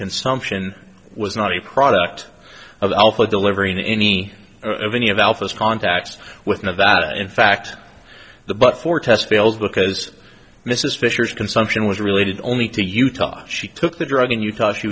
consumption was not a product of alpha delivering any of any of alpha's contacts with nevada in fact the but for test fails because mrs fisher's consumption was related only to utah she took the drug in utah she